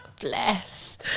bless